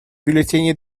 бюллетени